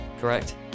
Correct